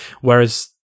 Whereas